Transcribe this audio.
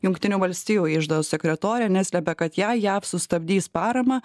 jungtinių valstijų iždo sekretorė neslepia kad jei jav sustabdys paramą